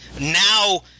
now